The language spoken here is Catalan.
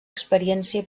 experiència